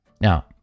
Now